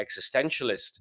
existentialist